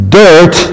dirt